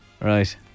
Right